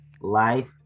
life